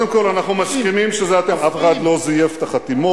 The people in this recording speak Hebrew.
קודם כול אנחנו מסכימים שאף אחד לא זייף את החתימות,